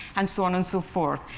and so on and so forth,